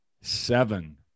Seven